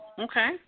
Okay